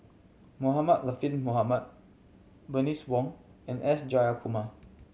Mohamed Latiff Mohamed Bernice Wong and S Jayakumar